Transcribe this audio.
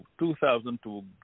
2002